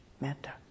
metta